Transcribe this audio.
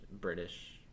British